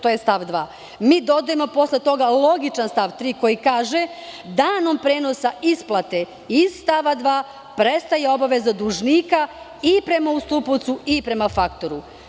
To je stav 2, a mi dodajemo posle toga logičan stav 3. koji kaže: "Danom prenosa isplate iz stava 2. prestaje obaveza dužnika i prema ustupaocu i prema faktoru"